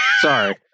Sorry